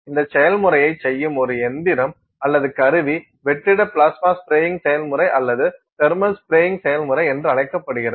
இந்த செயல்முறையை செய்யும் ஒரு இயந்திரம் அல்லது கருவி வெற்றிட பிளாஸ்மா ஸ்பிரேயிங் செயல்முறை அல்லது தெர்மல் ஸ்பிரேயிங் செயல்முறை என்று அழைக்கப்படுகிறது